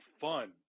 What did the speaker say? fun